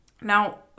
Now